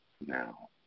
now